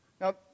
Now